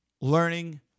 learning